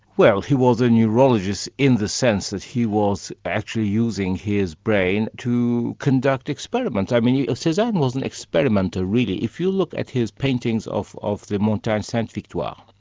well he was a neurologist in the sense that he was actually using his brain to conduct experiments. i mean you know cezanne was an experimenter really, if you look at his paintings of of the montaigne sainte-victoire,